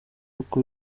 uko